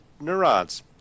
neurons